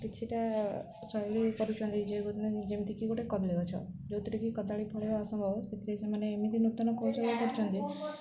କିଛିଟା ଶୈଳୀ କରୁଛନ୍ତି ଯେ ଯେମିତିକି ଗୋଟେ କଦଳୀ ଗଛ ଯେଉଁଥିରେକିି କଦଳୀ ଫଳିବା ଅସମ୍ଭବ ସେଥିରେ ସେମାନେ ଏମିତି ନୂତନ କୌଶଳ କରୁଛନ୍ତି